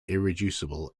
irreducible